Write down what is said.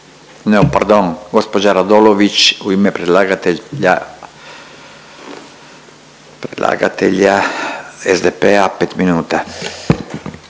ne pardon gospođa Radolović u ime predlagatelja SDP-a pet minuta.